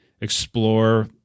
explore